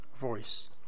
voice